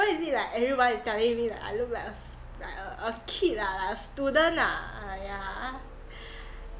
why is it like everybody is telling me that I look like a like a a kid like a student ah yeah